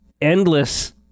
endless